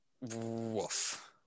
Woof